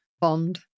bond